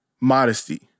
modesty